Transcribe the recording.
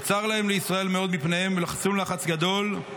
וצר להם לישראל מאד מפניהם, ולחצום לחץ גדול.